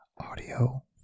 audio